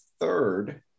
third